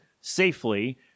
safely